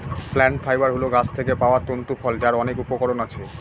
plant fibre হল গাছ থেকে পাওয়া তন্তু ফল যার অনেক উপকরণ আছে